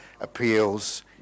appeals